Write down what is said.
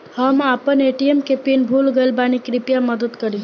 हम आपन ए.टी.एम के पीन भूल गइल बानी कृपया मदद करी